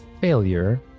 failure